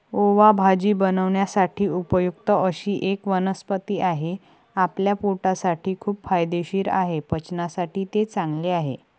ओवा भाजी बनवण्यासाठी उपयुक्त अशी एक वनस्पती आहे, आपल्या पोटासाठी खूप फायदेशीर आहे, पचनासाठी ते चांगले आहे